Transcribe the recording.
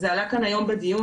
זה עלה כאן היום בדיון,